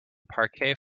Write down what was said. parquet